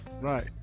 right